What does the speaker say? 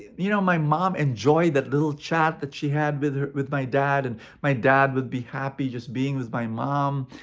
you know, my mom enjoyed that little chat that she had with with my dad. and my dad would be happy just being with my mom.